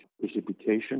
precipitation